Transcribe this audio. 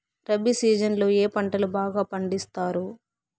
rabi season లో ఏ పంటలు బాగా పండిస్తారు